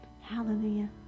Hallelujah